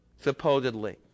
supposedly